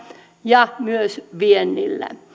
ja myös viennillä